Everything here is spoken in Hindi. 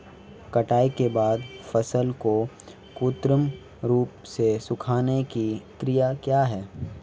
कटाई के बाद फसल को कृत्रिम रूप से सुखाने की क्रिया क्या है?